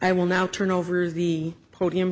i will now turn over the podium